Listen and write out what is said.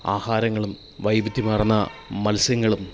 ആഹാരങ്ങളും വൈവിധ്യമാർന്ന മത്സ്യങ്ങളും